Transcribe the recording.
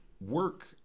work